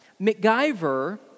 MacGyver